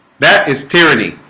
that is tyranny